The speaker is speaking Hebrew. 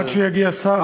עד שיגיע שר.